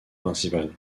principal